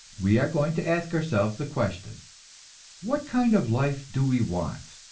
we are going to ask ourselves the question what kind of life do we want?